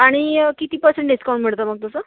आणि किती percent discount मिळतं मग तसं